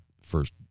first